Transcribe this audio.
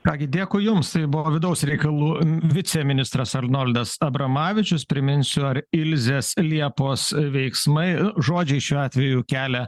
ką gi dėkui jums tai buvo vidaus reikalų viceministras arnoldas abramavičius priminsiu ar ilzės liepos veiksmai žodžiai šiuo atveju kelia